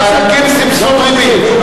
ריבית,